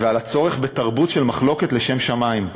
ועל הצורך בתרבות של מחלוקת לשם שמים,